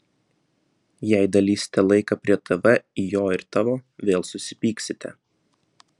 jei dalysite laiką prie tv į jo ir tavo vėl susipyksite